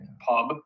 pub